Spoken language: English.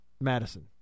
Madison